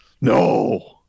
No